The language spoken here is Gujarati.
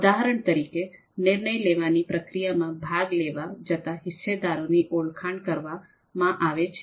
ઉદાહરણ તરીકે નિર્ણય લેવાની પ્રક્રિયામાં ભાગ લેવા જતા હોદ્દેદારોની ઓળખાન કરવામાં આવે છે